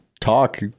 talk